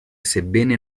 sebbene